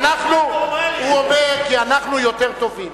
כי אנחנו, הוא אומר: כי אנחנו יותר טובים.